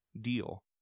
deal